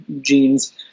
genes